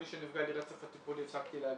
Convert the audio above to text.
אני שנפגעתי על ידי הרצף הטיפולי, הפסקתי להגיע.